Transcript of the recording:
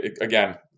again